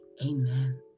Amen